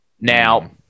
Now